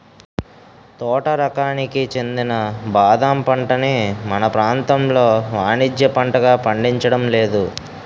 తోట రకానికి చెందిన బాదం పంటని మన ప్రాంతంలో వానిజ్య పంటగా పండించడం లేదు